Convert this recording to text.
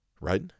right